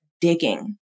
digging